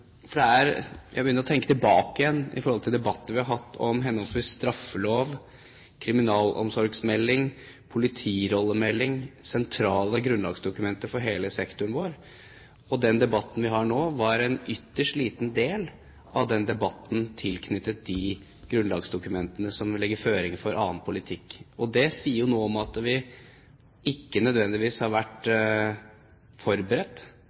for hele sektoren vår. Den debatten vi har nå, er bare en ytterst liten del av den debatten tilknyttet de grunnlagsdokumentene som må legge føringer for annen politikk. Det sier jo noe om at vi nødvendigvis ikke har vært forberedt